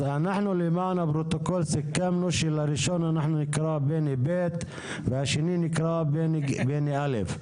למען הפרוטוקול סיכמנו שלראשון אנחנו נקרא בני ב' ולשני נקרא בני א'.